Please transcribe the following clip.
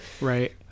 Right